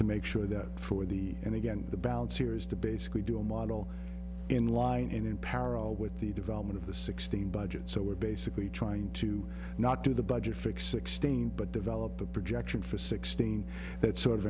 to make sure that for the and again the balance here is to basically do a model in line and in parallel with the development of the sixteen budget so we're basically trying to not do the budget fix sixteen but develop a projection for sixteen that sort of